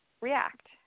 react